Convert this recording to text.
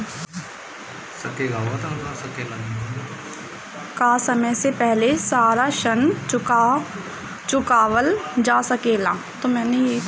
का समय से पहले सारा ऋण चुकावल जा सकेला?